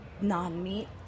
non-meat